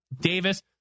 Davis